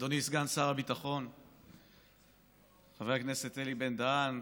אדוני סגן שר הביטחון חבר הכנסת אלי בן-דהן,